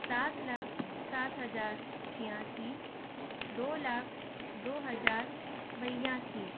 सात लाख सात हज़ार छियासी दो लाख दो हज़ार बयासी